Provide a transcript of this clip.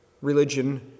religion